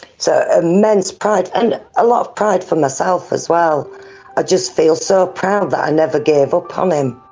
so immense pride, and a lot of pride for myself as well. i just feel so proud that i never gave up on um him.